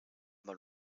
mal